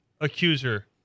accuser